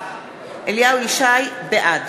בעד